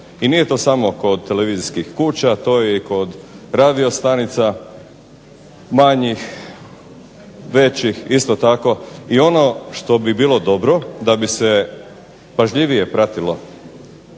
I nije to samo kod televizijskih kuća. To je i kod radiostanica manjih, većih. Isto tako i ono što bi bilo dobro da bi se pažljivije pratilo